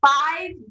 five